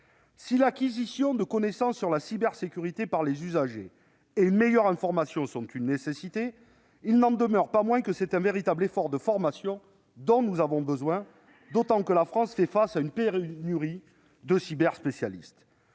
par les usagers, de connaissances sur la cybersécurité et une meilleure information sont une nécessité, il n'en demeure pas moins que c'est d'un véritable effort de formation que nous avons besoin, d'autant que la France fait face à une pénurie de cyberspécialistes.